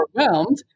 overwhelmed